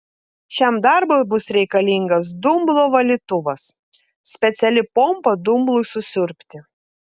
šiam darbui bus reikalingas dumblo valytuvas speciali pompa dumblui susiurbti